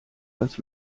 als